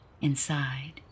Inside